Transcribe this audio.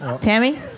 Tammy